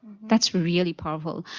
that's really powerful.